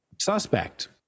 suspect